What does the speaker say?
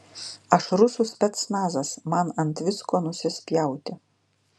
aš rusų specnazas man ant visko nusispjauti